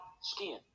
skin